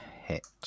hit